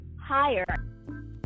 higher